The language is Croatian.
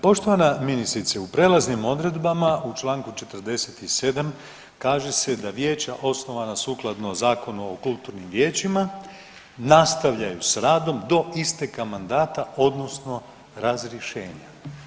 Poštovana ministrice, u prelaznim odredbama u čl. 47. kaže se da vijeća osnovana sukladno Zakonu o kulturnim vijećima nastavljaju s radom do isteka mandata odnosno razrješenja.